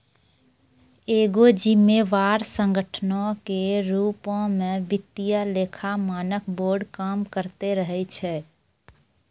एगो जिम्मेवार संगठनो के रुपो मे वित्तीय लेखा मानक बोर्ड काम करते रहै छै